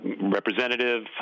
Representative